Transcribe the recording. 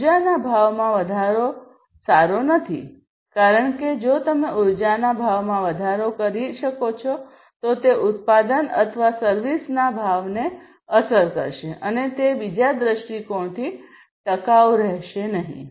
ઉર્જાના ભાવમાં વધારો સારો નથી કારણ કે જો તમે ઉર્જાના ભાવમાં વધારો કરી રહ્યાં છો તો તે ઉત્પાદન અથવા સર્વિસના ભાવને અસર કરશે અને તે બીજા દ્રષ્ટિકોણથી ટકાઉ રહેશે નહીં